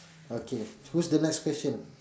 okay who's the next question